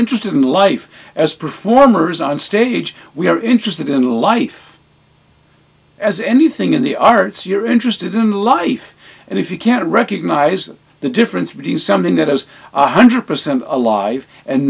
interested in life as performers on stage we are interested in life as anything in the arts you're interested in life and if you can't recognize the difference between something that has one hundred percent life and